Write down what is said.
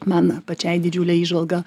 man pačiai didžiulę įžvalgą